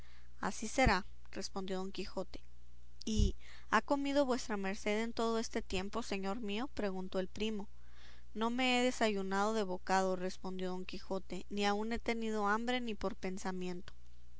así será respondió don quijote y ha comido vuestra merced en todo este tiempo señor mío preguntó el primo no me he desayunado de bocado respondió don quijote ni aun he tenido hambre ni por pensamiento